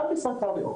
גם בסרטן ריאות,